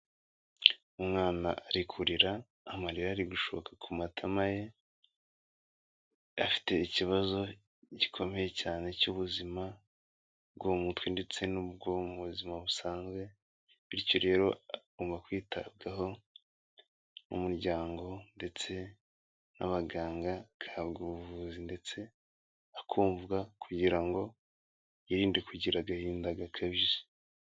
Umwana ari kurira amarira ari gushoka ku matama ye, afite ikibazo gikomeye cyane cy'ubuzima bwo mu mutwe ndetse n'ubwo mu buzima busanzwe. Bityo rero agomba kwitabwaho n'umuryango ndetse n'abaganga agahabwa ubuvuzi ndetse, akumvwa kugira ngo yirinde kugira agahinda gakabije.